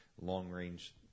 long-range